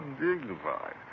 undignified